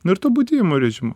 nu ir tuo budėjimo režimu